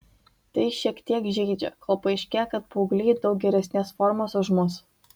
tai šiek tiek žeidžia kol paaiškėja kad paaugliai daug geresnės formos už mus